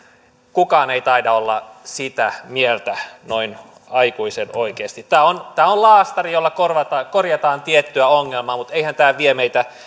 kukaan ei taida olla sitä mieltä noin aikuisten oikeesti tämä on tämä on laastari jolla korjataan tiettyä ongelmaa mutta eihän tämä vie meitä